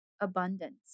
abundance